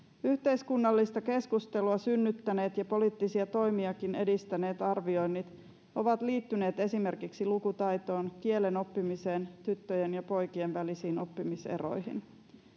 yhteiskunnallista keskustelua synnyttäneet ja poliittisia toimiakin edistäneet arvioinnit ovat liittyneet esimerkiksi lukutaitoon kielen oppimiseen sekä tyttöjen ja poikien välisiin oppimiseroihin